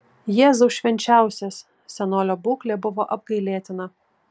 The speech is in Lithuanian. jėzau švenčiausias senolio būklė buvo apgailėtina